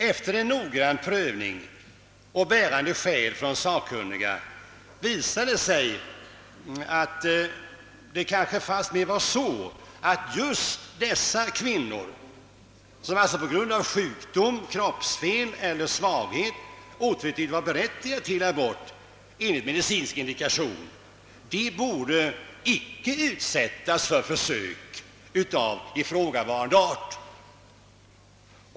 Efter en noggrann prövning och efter att ha hört bärande skäl framföras av sakkunniga fann jag emellertid att det fastmer torde vara så, att just dessa kvinnor — som alltså på grund av sjukdom, kroppsfel eller svaghet otvetydigt vore berättigade till abort enligt medicinsk indikation — inte borde utsättas för försök av ifrågavarande art.